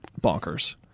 bonkers